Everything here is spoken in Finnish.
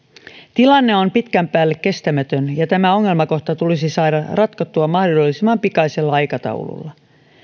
tilanne on pitkän päälle kestämätön ja tämä ongelmakohta tulisi saada ratkottua mahdollisimman pikaisella aikataululla